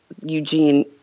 eugene